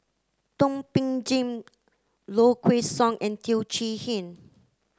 Thum Ping Tjin Low Kway Song and Teo Chee Hean